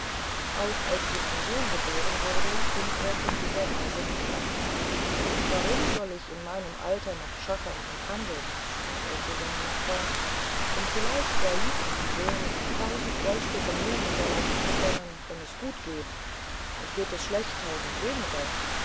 auch als ihm ein sohn geboren wurde ging er von dieser weise nicht ab warum soll ich in meinem alter noch schachern und handeln sprach er zu seinen nachbarn um vielleicht said meinem sohn tausend goldstücke mehr hinterlassen zu können wenn es gut geht und geht es schlecht tausend weniger